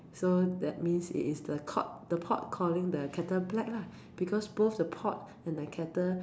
so that means it is the pot the pot calling the kettle black lah because both the pot and the kettle